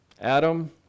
Adam